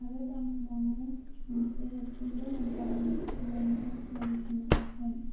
आरो दाम खमावनो मोनसे हेडफ'नबो मोनफादों जेराव मोजां कुवालिटिनि हेडफ'न